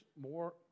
more